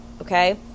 Okay